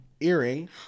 earring